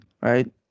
right